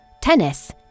tennis